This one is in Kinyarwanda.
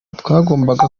twagombaga